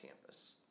campus